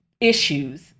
issues